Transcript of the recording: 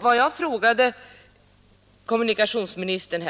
Vad jag frågade kommunikationsministern om